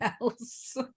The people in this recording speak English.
else